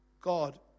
God